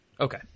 Okay